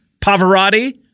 Pavarotti